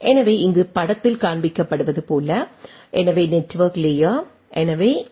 எனவே இங்கே படத்தில் காண்பிக்கப்படுவது போல எனவே நெட்வெர்க் லேயர் எனவே இந்த எல்